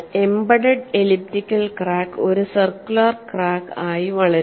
embedded elliptical crack ഒരു circular crack ആയി വളരും